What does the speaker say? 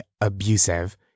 abusive